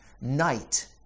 night